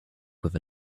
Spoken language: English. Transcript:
with